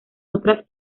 otras